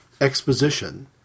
exposition